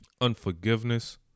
unforgiveness